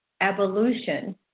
evolution